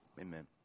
Amen